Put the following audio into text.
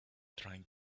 trying